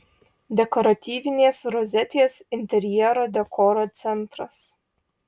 dekoratyvinės rozetės interjero dekoro centras